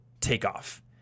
takeoff